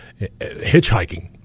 hitchhiking